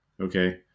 okay